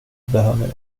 behöver